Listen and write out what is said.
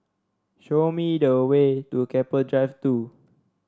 show me the way to Keppel Drive Two